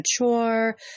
mature